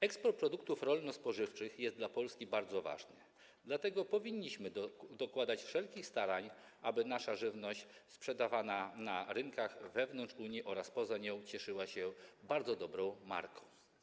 Eksport produktów rolno-spożywczych jest dla Polski bardzo ważny, dlatego powinniśmy dokładać wszelkich starań, aby nasza żywność sprzedawana na rynkach wewnątrz Unii oraz poza nią cieszyła się bardzo dobrą marką.